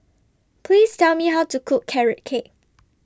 Please Tell Me How to Cook Carrot Cake